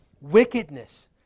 wickedness